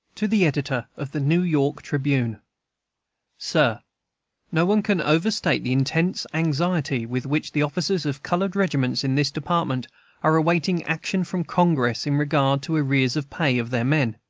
to the editor of the new york tribune sir no one can overstate the intense anxiety with which the officers of colored regiments in this department are awaiting action from congress in regard to arrears of pay of their men.